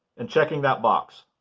and checking that box.